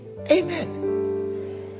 Amen